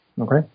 Okay